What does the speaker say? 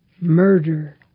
murder